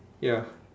ya